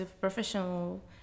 professional